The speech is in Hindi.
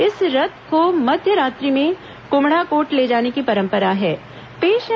इस रथ को मध्य रात्रि में कुम्हड़ा कोट ले जाने की परंपरा है